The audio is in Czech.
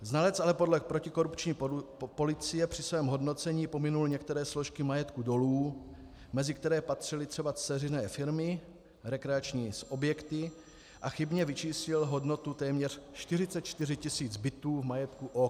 Znalec protikorupční policie při svém hodnocení pominul některé složky majetku dolů, mezi které patřily třeba dceřiné firmy, rekreační objekty, a chybně vyčíslil hodnotu téměř 44 tisíc bytů v majetku OKD.